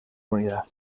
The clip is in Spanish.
unidad